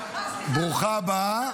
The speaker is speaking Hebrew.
ברוכה הבאה.